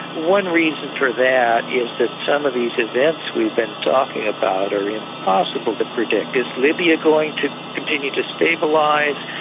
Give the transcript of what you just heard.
one reason for that is that some of these events we've been talking about are impossible to predict. is libya going to continue to stabilise,